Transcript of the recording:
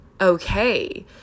okay